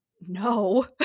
no